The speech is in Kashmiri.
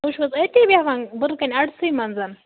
تُہۍ چھُو حظ أتی بیٚہوَن بٕرٕکَنۍ اَڑسٕے منٛز